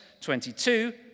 22